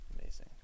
Amazing